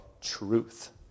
truth